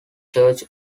church